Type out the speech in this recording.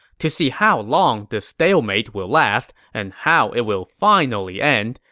to see how long this stalemate will last and how it will finally end,